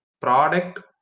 Product